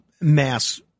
mass